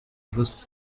ivuze